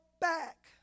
back